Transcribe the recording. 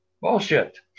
bullshit